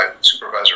supervisor